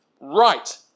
right